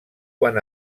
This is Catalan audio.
quan